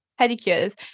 pedicures